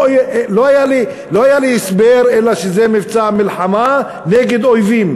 לא היה לי הסבר אלא שזה מבצע מלחמה נגד אויבים,